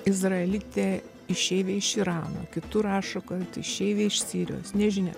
izraelitė išeivė iš irano kitur rašo kad išeivė iš sirijos nežinia